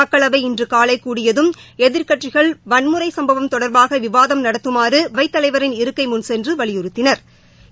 மக்களவை இன்று காலை கூடியதும் எதிர்க்கட்சிகள் வன்முறை சம்பவம் தொடர்பாக விவாதம் நடத்தமாறு அவைத்தலைவரின் இருக்கை முன் சென்று வலியுறுத்தினா்